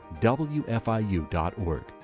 wfiu.org